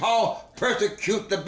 paul persecute the